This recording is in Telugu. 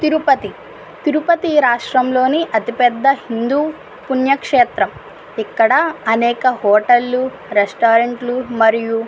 తిరుపతి తిరుపతి రాష్ట్రంలోని అతిపెద్ద హిందూ పుణ్యక్షేత్రం ఇక్కడ అనేక హోటల్లు రెస్టారెంట్లు మరియు